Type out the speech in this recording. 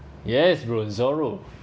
yes bro zoro